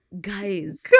Guys